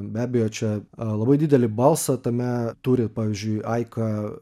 be abejo čia labai didelį balsą tame turi pavyzdžiui aika